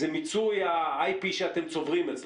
זה מיצוי IT שאתם צוברים אצלכם.